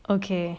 okay